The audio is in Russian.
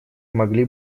могли